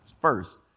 first